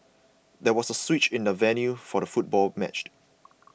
there was a switch in the venue for the football match